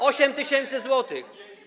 8 tys. zł.